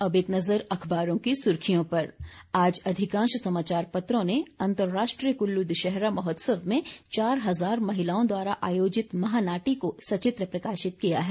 अब एक नज़र अखबारों की सुर्खियों पर आज अधिकांश समाचार पत्रों ने अंतर्राष्ट्रीय कुल्लू दशहरा महोत्सव में चार हजार महिलाओं द्वारा आयोजित महानाटी को सचित्र प्रकाशित किया है